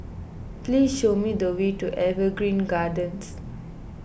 please show me the way to Evergreen Gardens